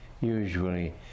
usually